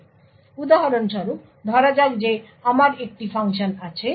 সুতরাং উদাহরণস্বরূপ ধরা যাক যে আমার একটি ফাংশন আছে